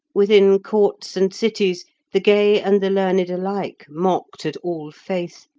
within courts and cities the gay and the learned alike mocked at all faith,